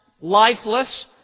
lifeless